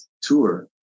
tour